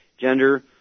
gender